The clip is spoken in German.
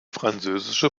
französische